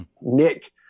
Nick